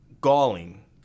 galling